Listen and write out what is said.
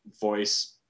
voice